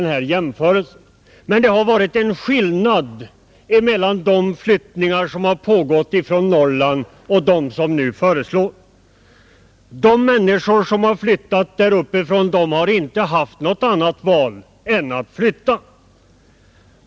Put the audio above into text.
Men det har varit en skillnad mellan de flyttningar som har pågått från Norrland och dem som nu föreslås. De människor som har flyttat där uppifrån har inte haft något annat val än att flytta.